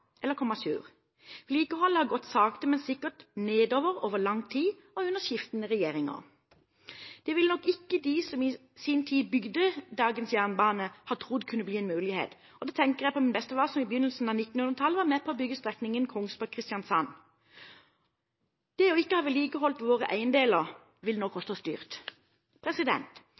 eller komme à jour. Vedlikeholdet har gått sakte, men sikkert nedover over lang tid og under skiftende regjeringer. Det ville nok ikke de som i sin tid bygde dagens jernbane, ha trodd kunne bli en mulighet. Da tenker jeg på min bestefar, som i begynnelsen av 1900-tallet var med på å bygge strekningen Kongsberg–Kristiansand. Det ikke å ha vedlikeholdt våre eiendeler vil nå koste